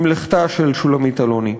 עם לכתה של שולמית אלוני.